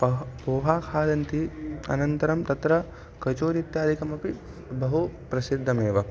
पह् पोहा खादन्ति अनन्तरं तत्र कचोरि इत्यादिकमपि बहु प्रसिद्धमेव